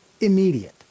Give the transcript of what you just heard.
immediate